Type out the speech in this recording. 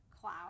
cloud